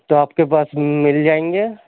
تو آپ کے پاس مل جائیں گے